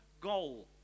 goal